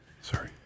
Sorry